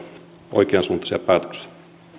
oikeansuuntaisia päätöksiä